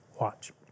Watch